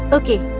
okay.